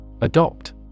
Adopt